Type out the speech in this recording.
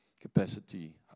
capacity